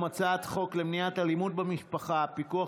הצעת חוק למניעת אלימות במשפחה (פיקוח